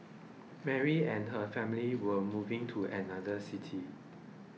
Mary and her family were moving to another city